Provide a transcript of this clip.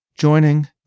joining